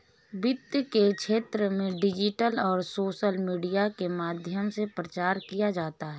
वित्त के क्षेत्र में डिजिटल और सोशल मीडिया के माध्यम से प्रचार किया जाता है